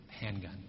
handgun